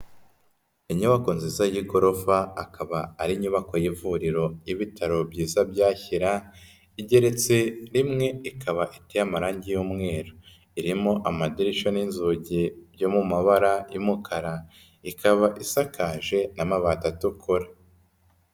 Inyubako nziza y'igorofa akaba ari inyubako y'ivuriro y'ibitaro byiza bya Shyira, igeretse rimwe, ikaba iteye amarangi y'umweru, irimo amadirisha n'inzugi byo mu mabara y'umukara, ikaba isakaje n'amabati atukura.